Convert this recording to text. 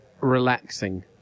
relaxing